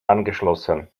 angeschlossen